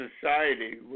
society